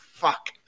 Fuck